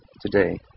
today